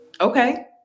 Okay